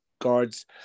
Guards